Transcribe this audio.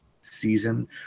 season